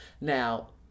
Now